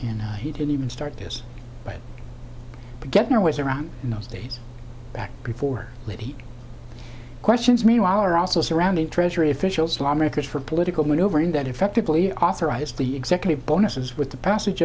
and he didn't even start this but getting our ways around in those days back before leading questions meanwhile are also surrounding the treasury officials lawmakers for political maneuvering that effectively authorized the executive bonuses with the passage